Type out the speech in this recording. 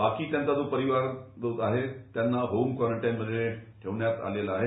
बाकी त्यांचा जो परिवार आहे त्यांना होम क्वारंटाइन मध्ये ठेवण्यात आलेलं आहे